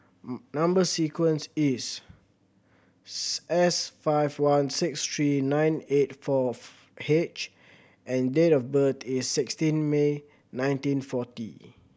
number sequence is S five one six three nine eight fourth H and date of birth is sixteen May nineteen forty